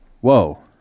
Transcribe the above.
whoa